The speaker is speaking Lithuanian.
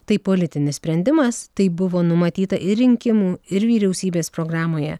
tai politinis sprendimas tai buvo numatyta ir rinkimų ir vyriausybės programoje